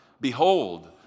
Behold